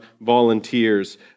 volunteers